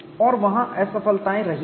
और वहां असफलताएं रही हैं